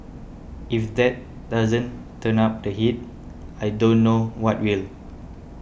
if that doesn't turn up the heat I don't know what really